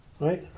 Right